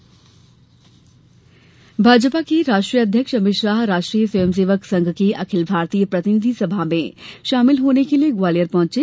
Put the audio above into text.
भाजपा अध्यक्ष भाजपा के राष्ट्रीय अध्यक्ष अमित शाह राष्ट्रीय स्वयंसेवक संघ की अखिल भारतीय प्रतिनिधि सभा में शामिल होने के लिए ग्वालियर पहुंचे